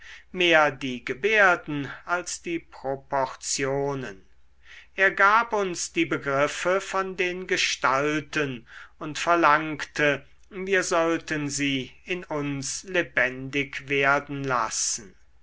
mehr die gebärden als die proportionen er gab uns die begriffe von den gestalten und verlangte wir sollten sie in uns lebendig werden lassen